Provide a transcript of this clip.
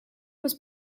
was